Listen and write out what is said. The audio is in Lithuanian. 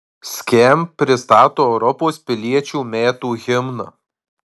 skamp pristato europos piliečių metų himną